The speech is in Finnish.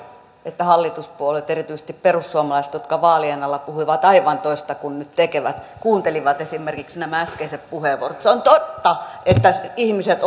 että hallituspuolueet erityisesti perussuomalaiset jotka vaalien alla puhuivat aivan toista kuin nyt tekevät kuuntelivat esimerkiksi nämä äskeiset puheenvuorot se on totta että ihmiset